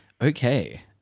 Okay